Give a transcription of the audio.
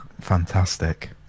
fantastic